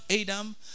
Adam